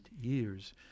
years